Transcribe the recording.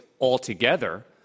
altogether